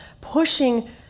pushing